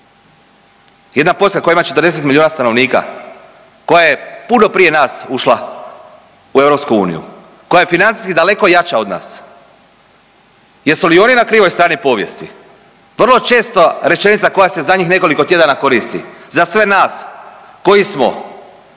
Jedna Poljska koja ima 40 milijuna stanovnika koja je puno prije nas ušla u EU, koja je financijski daleko jača od nas. Jesu li oni na krivoj strani povijesti? Vrlo često rečenica koja se zadnjih nekoliko tjedana koristi, za sve nas koji smo